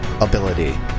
Ability